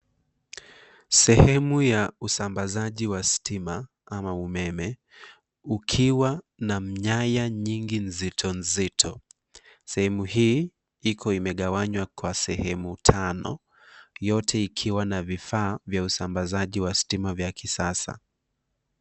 Sehemu ya usambazaji wa stima ama umeme ukiwa na nyanya nyingi nzitonzito. Sehemu hii iko imegwanywa kwa sehemu tano yote ikiwa na vifaa vya usambazaji wa stima vya kisasa.